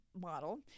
model